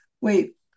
Wait